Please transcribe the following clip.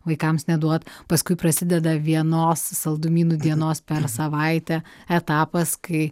vaikams neduot paskui prasideda vienos saldumynų dienos per savaitę etapas kai